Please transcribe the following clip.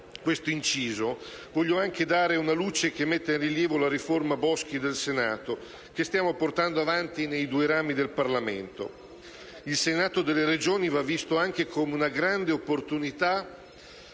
questo inciso, voglio mettere in rilievo la riforma Boschi del Senato, che stiamo portando avanti nei due rami del Parlamento. Il Senato delle Regioni va visto anche come una grande opportunità